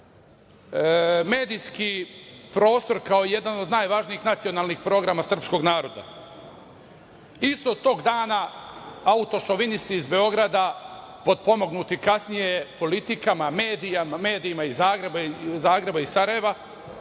medijski prostor kao jedan od najvažnijih nacionalnih programa srpskog naroda. Isto tog dana autošovinisti iz Beograda potpomognuti kasnije politikama medija iz Zagreba i Sarajeva,